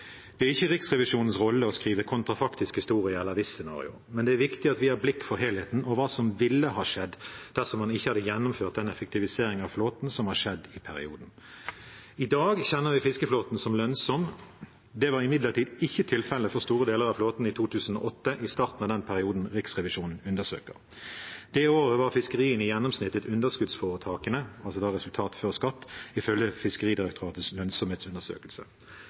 Det er ikke Riksrevisjonens rolle å skrive kontrafaktisk historie eller hvis-scenarioer, men det er viktig at vi har blikk for helheten og hva som ville ha skjedd dersom man ikke hadde gjennomført den effektiviseringen av flåten som har skjedd i perioden. I dag kjenner vi fiskeflåten som lønnsom. Det var imidlertid ikke tilfellet for store deler av flåten i 2008, i starten av den perioden Riksrevisjonen undersøker. Det året var fiskeriene i gjennomsnitt et underskuddsforetak, altså resultat før skatt, ifølge Fiskeridirektoratets lønnsomhetsundersøkelse.